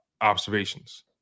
observations